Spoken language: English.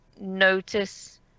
notice